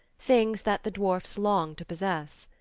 things that the dwarfs longed to possess.